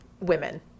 women